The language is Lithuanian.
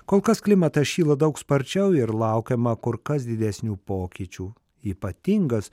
kol kas klimatas šyla daug sparčiau ir laukiama kur kas didesnių pokyčių ypatingas